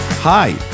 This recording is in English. Hi